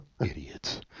idiots